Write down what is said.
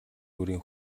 бүрийн